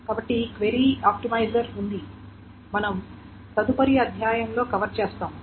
కాబట్టి query optimizer ఉంది మనం తదుపరి అధ్యాయంలో కవర్ చేస్తాము